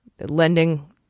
lending